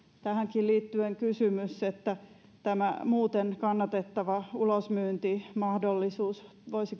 tähänkin liittyen kysymys voiko tämä muuten kannatettava ulosmyyntimahdollisuus